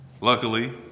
Luckily